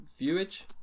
viewage